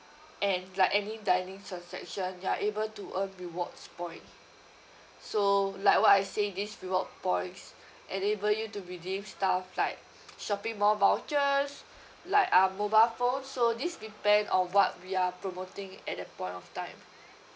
and like any dining transactions you are able to earn rewards point so like what I say this reward points enable you to redeem stuff like shopping mall vouchers like uh mobile phones so this depend on what we are promoting at that point of time